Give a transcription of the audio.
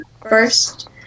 first